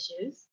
issues